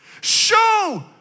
Show